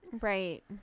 Right